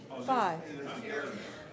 five